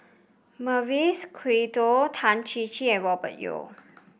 Mavis Khoo Tan Chin Chin and Robert Yeo